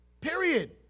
Period